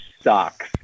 Sucks